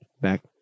back